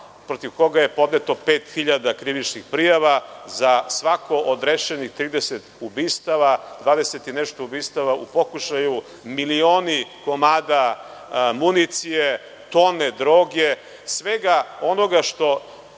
protiv koga je podneto 5.000 krivičnih prijava, za svako od rešenih 30 ubistava, 20 i nešto ubistava u pokušaju, milioni komada municije, tone droge, svega onoga što